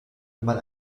man